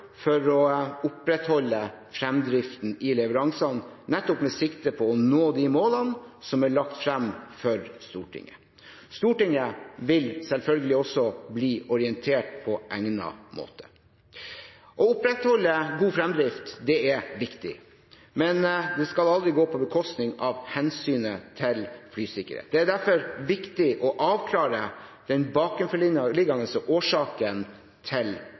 for å opprettholde fremdriften i leveransene, nettopp med sikte på å nå de målene som er lagt frem for Stortinget. Stortinget vil selvfølgelig også bli orientert på egnet måte. Å opprettholde god fremdrift er viktig, men det skal aldri gå på bekostning av hensynet til flysikkerhet. Det er derfor viktig å avklare den bakenforliggende årsaken til